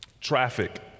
traffic